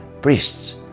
priests